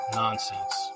nonsense